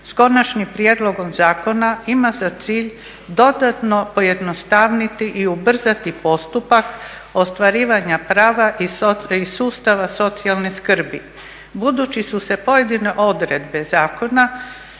s Konačnim prijedlogom zakona ima za cilj dodatno pojednostavniti i ubrzati postupak ostvarivanja prava iz sustava socijalne skrbi, budući su se pojedine odredbe zakona